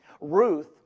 Ruth